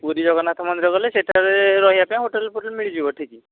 ପୁରୀ ଜଗନ୍ନାଥ ମନ୍ଦିର ଗଲେ ସେଠାରେ ରହିବା ପାଇଁ ହୋଟେଲ୍ ଫୋଟେଲ୍ ମିଳିଯିବ ଠିକ୍